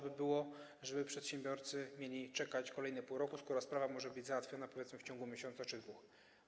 Szkoda by było, żeby przedsiębiorcy mieli czekać kolejne pół roku, skoro sprawa może być załatwiona, powiedzmy, w ciągu miesiąca czy dwóch miesięcy.